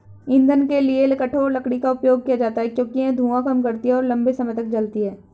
ईंधन के लिए कठोर लकड़ी का उपयोग किया जाता है क्योंकि यह धुआं कम करती है और लंबे समय तक जलती है